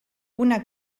una